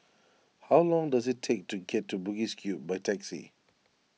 how long does it take to get to Bugis Cube by taxi